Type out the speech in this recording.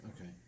Okay